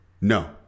No